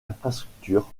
infrastructures